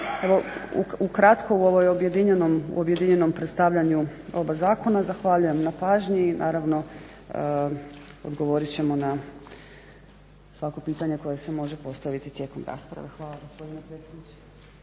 Ukratko u ovom objedinjenom predstavljanju oba zakona zahvaljujem na pažnji. I naravno odgovorit ćemo na svako pitanje koje se može postaviti tijekom rasprave. Hvala gospodine predsjedniče.